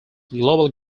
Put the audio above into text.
global